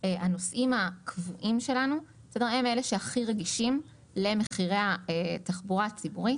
הנוסעים הקבועים שלנו הם אלה שהכי רגישים למחירי התחבורה הציבורית.